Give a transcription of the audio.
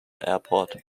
airport